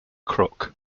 crook